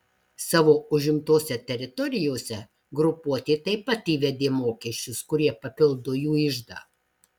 savo užimtose teritorijose grupuotė taip pat įvedė mokesčius kurie papildo jų iždą